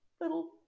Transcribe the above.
little